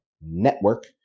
network